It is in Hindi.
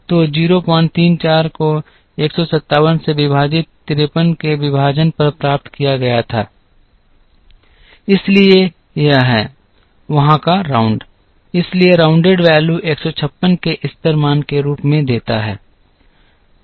तो 034 को 157 से विभाजित 53 के विभाजन पर प्राप्त किया गया था इसलिए यह है वहाँ का राउंड इसलिए राउंडेड वैल्यू 156 के स्तर मान के रूप में देता है